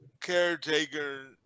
caretaker